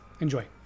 Enjoy